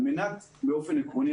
על מנת שנבין,